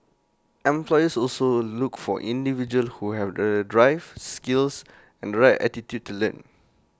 employers also look for individuals who have the drive skills and the right attitude to learn